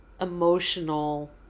emotional